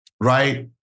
right